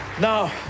Now